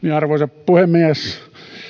arvoisa puhemies